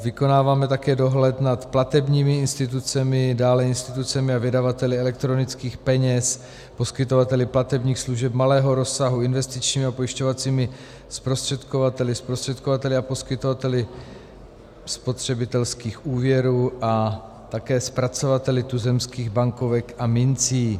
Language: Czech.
Vykonáváme také dohled nad platebními institucemi, dále institucemi a vydavateli elektronických peněz, poskytovateli platebních služeb malého rozsahu investičními a pojišťovacími zprostředkovateli, zprostředkovateli a poskytovateli spotřebitelských úvěrů a také zpracovateli tuzemských bankovek a mincí.